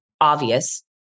obvious